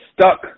stuck